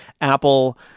Apple